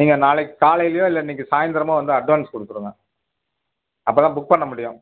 நீங்கள் நாளைக்கு காலையிலயோ இல்லை இன்றைக்கி சாய்ந்திரமோ வந்து அட்வான்ஸ் கொடுத்துருங்க அப்போ தான் புக் பண்ண முடியும்